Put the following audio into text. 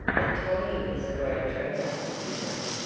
but tommy is a great traveller, you know,